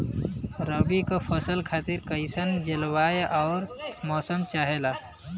रबी क फसल खातिर कइसन जलवाय अउर मौसम चाहेला?